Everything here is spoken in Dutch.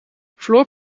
floor